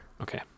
Okay